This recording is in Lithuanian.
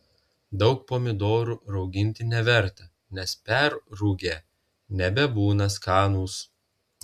daug pomidorų rauginti neverta nes perrūgę nebebūna skanūs